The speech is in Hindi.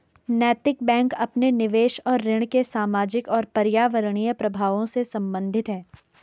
नैतिक बैंक अपने निवेश और ऋण के सामाजिक और पर्यावरणीय प्रभावों से संबंधित है